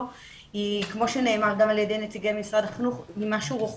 הוא כמו שנאמר על ידי משרד החינוך משהו רוחבי.